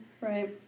Right